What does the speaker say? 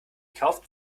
kauft